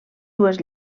dues